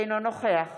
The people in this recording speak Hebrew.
אינו נוכח